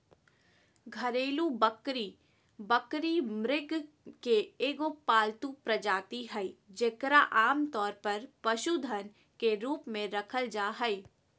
घरेलू बकरी बकरी, मृग के एगो पालतू प्रजाति हइ जेकरा आमतौर पर पशुधन के रूप में रखल जा हइ